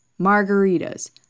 margaritas